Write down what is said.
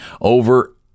Over